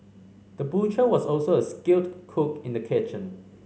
the butcher was also a skilled cook in the kitchen